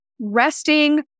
Resting